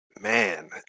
Man